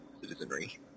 citizenry